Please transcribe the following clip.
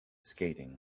skating